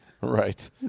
Right